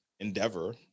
endeavor